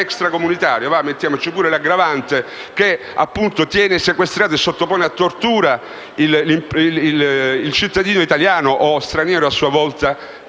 extra comunitario - mettiamoci anche l'aggravante - che sequestra e sottopone a tortura un cittadino italiano, o straniero a sua volta,